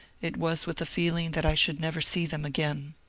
it was with a feeling that i should never see them again.